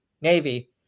Navy